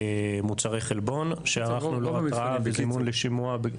מוצרי חלבון שערכנו לו התראה וזימון לשימוע.